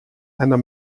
einer